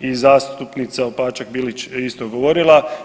i zastupnica Opačak Bilić isto govorila.